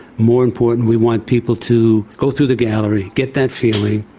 more important, we want people to go through the gallery, get that feeling.